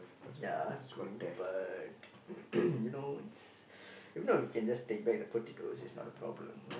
ya true but you know it's if not we can just take back the potatoes it's not a problem